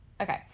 Okay